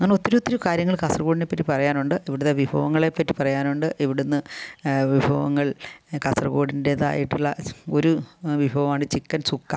അങ്ങനെ ഒത്തിരി ഒത്തിരി കാര്യങ്ങൾ കാസർഗോഡിനെപ്പറ്റി പറയാനുണ്ട് ഇവിടുത്തെ വിഭവങ്ങളെപ്പറ്റി പറയാനുണ്ട് ഇവിടുന്ന് വിഭവങ്ങൾ കാസർകോഡിൻറ്റേതായിട്ടുള്ള ഒരു വിഭവമാണ് ചിക്കൻ സുക്ക